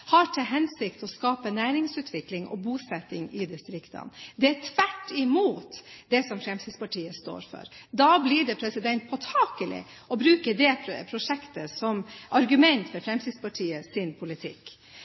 har til hensikt å skape næringsutvikling og bosetting i distriktene. Det er det motsatte av det Fremskrittspartiet står for. Da blir det påtakelig at man bruker det prosjektet som argument for Fremskrittspartiets politikk.